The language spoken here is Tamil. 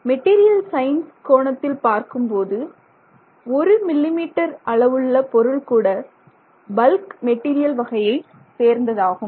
மெட்டீரியல் சயின்ஸ் கோணத்தில் பார்க்கும்போது ஒரு மில்லி மீட்டர் அளவுள்ள பொருள் கூட பல்க் மெட்டீரியல் வகையை சேர்ந்தது ஆகும்